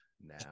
Now